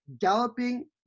galloping